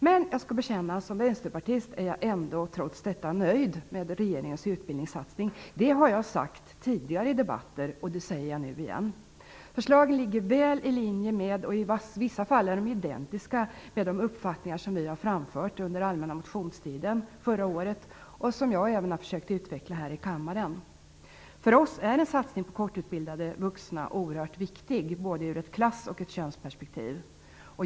Men jag skall bekänna att jag som vänsterpartist ändå, trots detta, är nöjd med regeringens utbildningssatsning. Det har jag sagt tidigare i debatter, och det säger jag nu igen. Förslaget ligger väl i linje med, och ibland är det identiskt med, de uppfattningar som vi har framfört under allmänna motionstiden förra året och som jag även har försökt utveckla här i kammaren. För oss är en satsning på kortutbildade vuxna oerhört viktig både ur ett klassperspektiv och ur ett könsperspektiv.